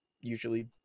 usually